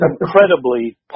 incredibly